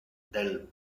del